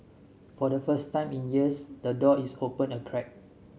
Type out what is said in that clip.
for the first time in years the door is open a crack